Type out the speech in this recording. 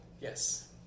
Yes